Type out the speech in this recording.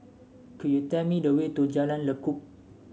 could you tell me the way to Jalan Lekub